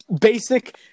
basic